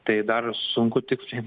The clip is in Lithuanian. tai dar sunku tiksliai